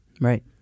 Right